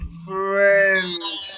friends